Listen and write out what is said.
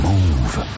Move